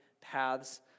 paths